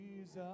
Jesus